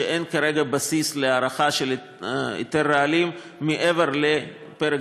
שאין כרגע בסיס להארכה של היתר הרעלים מעבר לפרק